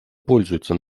пользуется